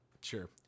Sure